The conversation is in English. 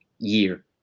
year